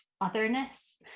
otherness